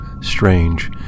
strange